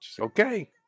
okay